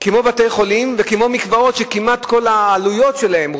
כמו בתי-חולים וכמו מקוואות שכמעט כל העלויות שלהם,